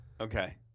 Okay